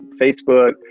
Facebook